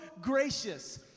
gracious